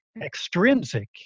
extrinsic